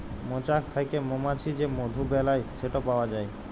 মচাক থ্যাকে মমাছি যে মধু বেলায় সেট পাউয়া যায়